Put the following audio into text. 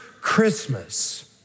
Christmas